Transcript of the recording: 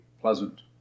pleasant